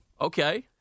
Okay